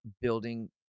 building